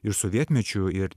ir sovietmečiu ir